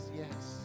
yes